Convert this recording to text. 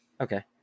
Okay